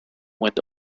went